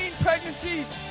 pregnancies